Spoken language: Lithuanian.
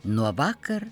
nuo vakar